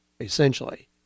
essentially